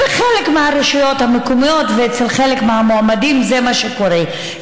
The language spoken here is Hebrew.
בחלק מהרשויות המקומיות ואצל חלק מהמועמדים זה מה שקורה,